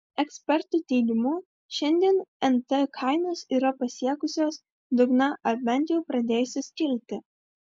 ekspertų teigimu šiandien nt kainos yra pasiekusios dugną ar bent jau pradėjusios kilti